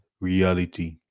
reality